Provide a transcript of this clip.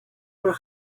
her